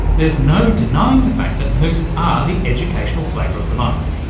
there's no denying the fact that moocs are the educational flavour of the month.